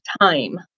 time